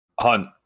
hunt